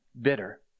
bitter